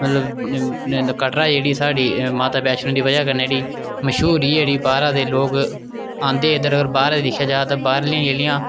मतलब कटरा जेह्ड़ी साढ़ी माता बैश्णो देवी दी बजह कन्नै जेह्ड़ी मश्हूरी जेह्ड़ी बाह्रा दे लोक औंदे इद्धर ते होर बाह्रै दिक्खेआ जा ते बाह्रलियां जेह्ड़ियां